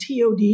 TOD